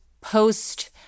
post